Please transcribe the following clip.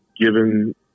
given